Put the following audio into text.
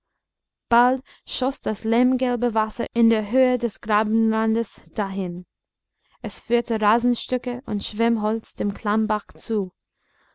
bald schoß das lehmgelbe wasser in der höhe des grabenrandes dahin es führte rasenstücke und schwemmholz dem klammbach zu